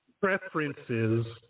preferences